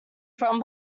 from